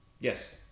Yes